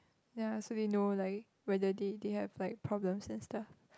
ya so they know like whether they they have like problems and stuff